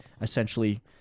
essentially